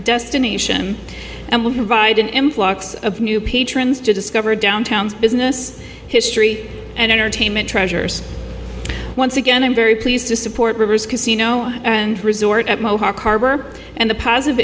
destination and will divide an influx of new patrons to discover downtowns business history and entertainment treasures once again i'm very pleased to support rivers casino and resort at mohawk harbor and the positive